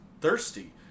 thirsty